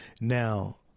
now